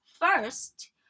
first